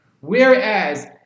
Whereas